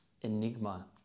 enigma